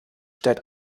stellt